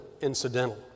incidental